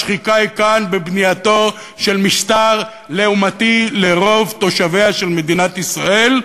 השחיקה כאן היא בבנייתו של משטר לעומתי לרוב תושביה של מדינת ישראל.